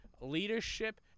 Leadership